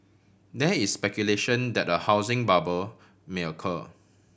there is speculation that a housing bubble may occur